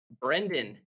Brendan